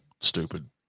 stupid